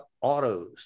autos